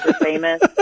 Famous